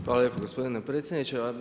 Hvala lijepo gospodine predsjedniče.